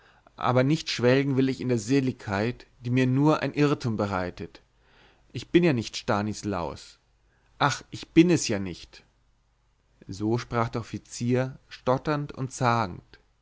aber nicht schwelgen will ich in der seligkeit die mir nur ein irrtum bereitet ich bin ja nicht stanislaus ach ich bin es ja nicht so sprach der offizier stotternd und zagend